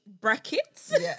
brackets